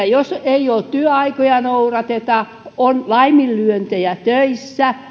jos ei työaikoja noudateta on laiminlyöntejä töissä